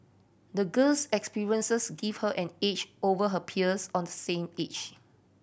the girl's experiences gave her an edge over her peers of the same age